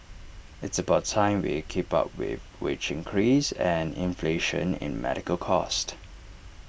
it's about time we keep up with wage increase and inflation in medical cost